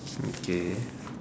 okay